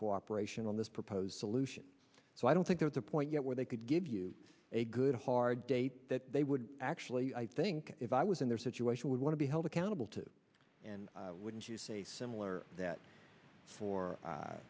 cooperation on this proposed solution so i don't think there's a point yet where they could give you a good hard date that they would actually think if i was in their situation would want to be held accountable to and wouldn't use a similar that for